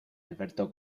alberto